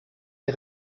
est